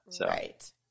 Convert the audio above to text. Right